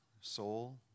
soul